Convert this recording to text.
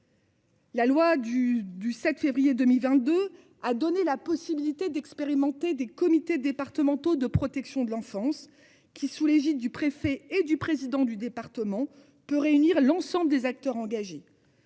La loi du du 7 février 2022 a donné la possibilité d'expérimenter des comités départementaux de protection de l'enfance qui sous l'égide du préfet et du président du département peut réunir l'ensemble des acteurs engagés.--